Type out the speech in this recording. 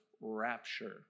rapture